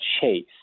chase